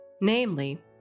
namely